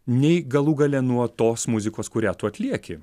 nei galų gale nuo tos muzikos kurią tu atlieki